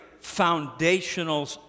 foundational